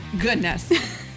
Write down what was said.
goodness